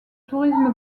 tourisme